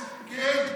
כן.